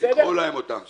אז שייקחו להם אותה.